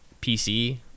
PC